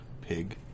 Pig